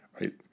right